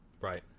right